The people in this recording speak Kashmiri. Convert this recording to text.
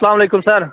سلام علیکُم سَر